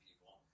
people